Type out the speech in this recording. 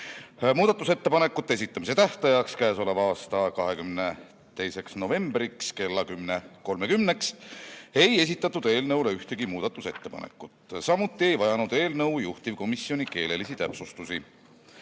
Muudatusettepanekute esitamise tähtajaks, 22. novembriks kella 10.30-ks ei esitatud eelnõu kohta ühtegi muudatusettepanekut, samuti ei vajanud eelnõu juhtivkomisjoni keelelisi täpsustusi.